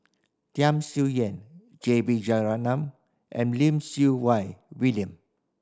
Tham Sien Yen J B Jeyaretnam and Lim Siew Wai William